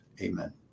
Amen